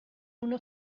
una